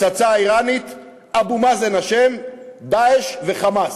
הפצצה האיראנית, אבו מאזן אשם, "דאעש" ו"חמאס".